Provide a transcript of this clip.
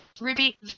Ruby